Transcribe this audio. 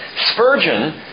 Spurgeon